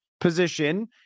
position